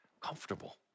comfortable